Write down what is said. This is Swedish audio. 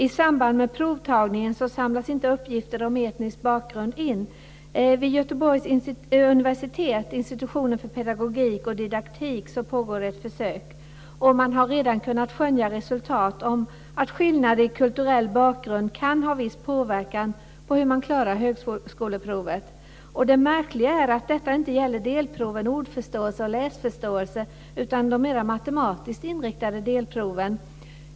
I samband med provtagningen samlas inte uppgifter om etnisk bakgrund in. Vid Göteborgs universitet, institutionen för pedagogik och didaktik, pågår ett försök. Och man har redan kunnat skönja resultat om att skillnader i kulturell bakgrund kan ha viss påverkan på hur man klarar högskoleprovet. Det märkliga är att detta inte gäller delproven ordförståelse och läsförståelse utan de mera matematiskt inriktade delproven.